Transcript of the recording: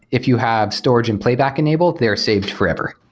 if you have storage and playback enabled, they're saved forever.